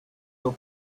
were